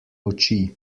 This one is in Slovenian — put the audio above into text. oči